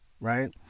right